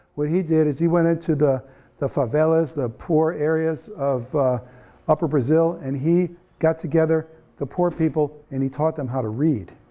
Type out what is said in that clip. what he did is he went ah into the the favelas, the poor areas of upper brazil and he got together the poor people and he taught them how to read.